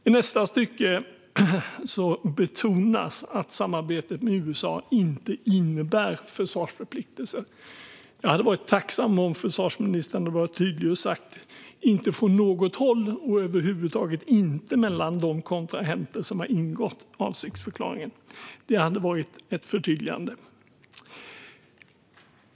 I nästa stycke betonas att samarbetet med USA inte innebär försvarsförpliktelser. Jag hade varit tacksam om försvarsministern varit tydlig och sagt att det inte finns förpliktelser från något håll och över huvud taget inte mellan de kontrahenter som har ingått avsiktsförklaringen. Det hade varit ett förtydligande.